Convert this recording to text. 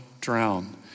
drown